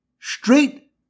Straight